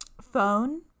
Phone